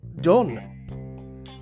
done